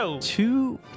two